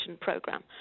program